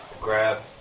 grab